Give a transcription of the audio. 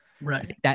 Right